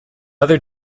other